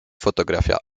fotografia